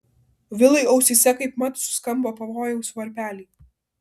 vilui ausyse kaipmat suskambo pavojaus varpeliai